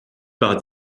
par